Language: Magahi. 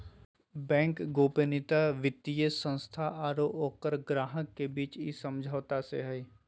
बैंक गोपनीयता वित्तीय संस्था आरो ओकर ग्राहक के बीच इ समझौता से हइ